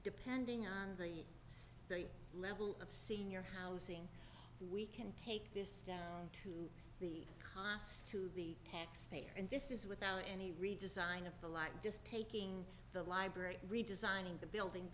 depending on the state level of senior housing we can take this down to the cost to the taxpayer and this is without any redesign of the lot just taking the library redesigning the building